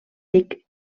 dic